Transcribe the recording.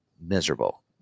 miserable